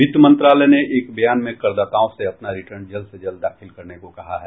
वित्त मंत्रालय ने एक बयान में करदाताओं से अपना रिटर्न जल्द से जल्द दाखिल करने को कहा है